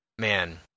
Man